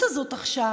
ההתנהגות הזאת עכשיו,